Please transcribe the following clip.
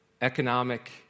economic